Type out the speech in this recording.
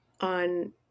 on